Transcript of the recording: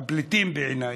הפליטים בעיניי,